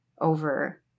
over